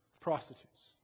prostitutes